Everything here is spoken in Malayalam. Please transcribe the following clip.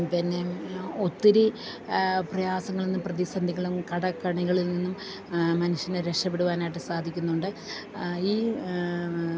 പിന്നെ ഒത്തിരി പ്രയാസങ്ങളിൽ നിന്നും പ്രതിസന്ധികളും കടക്കണികളിൽ നിന്നും മനുഷ്യനെ രക്ഷപ്പെടുവാനായിട്ട് സാധിക്കുന്നുണ്ട് ഈ